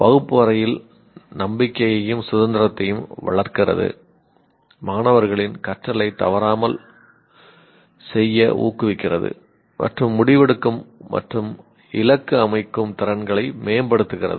வகுப்பு அறையில் நம்பிக்கையையும் சுதந்திரத்தையும் வளர்க்கிறது மாணவர்களின் கற்றலைத் தவறாமல் செய்ய ஊக்குவிக்கிறது மற்றும் முடிவெடுக்கும் மற்றும் இலக்கு அமைக்கும் திறன்களை மேம்படுத்துகிறது